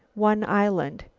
one island.